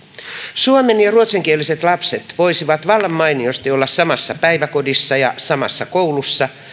suomen ja ruotsinkieliset lapset voisivat vallan mainiosti olla samassa päiväkodissa ja samassa koulussa